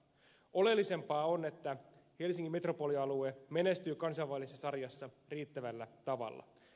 oleellisempaa on että helsingin metropolialue menestyy kansainvälisessä sarjassa riittävällä tavalla